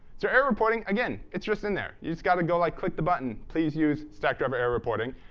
so error reporting again, it's just in there. you just got to go like click the button, please use stackdriver error reporting,